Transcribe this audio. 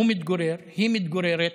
הוא מתגורר, היא מתגוררת,